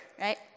Right